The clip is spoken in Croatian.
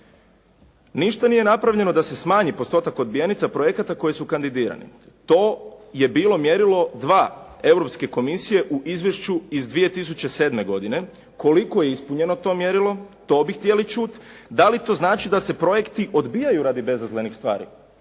Ništa nije napravljeno da se smanji postotak odbijenica projekata koji su kandidirani. To je bilo mjerilo dva Europske komisije u Izvješću iz 2007. godine. Koliko je ispunjeno to mjerilo to bi htjeli čuti. Da li to znači da se projekti odbijaju radi bezazlenih stvari?